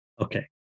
Okay